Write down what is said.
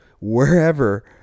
wherever